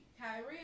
Kyrie